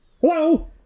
hello